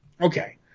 Okay